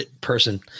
person